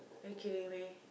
are you kidding me